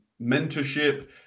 mentorship